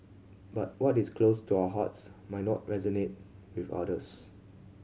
but what is close to our hearts might not resonate with others